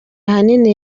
ahanini